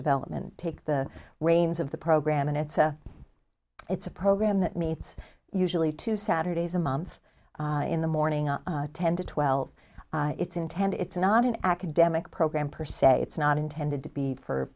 development take the reins of the program and it's a it's a program that meets usually two saturdays a month in the morning of ten to twelve it's intended it's not an academic program per se it's not intended to be for